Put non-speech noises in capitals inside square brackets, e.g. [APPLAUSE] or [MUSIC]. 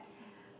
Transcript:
[BREATH]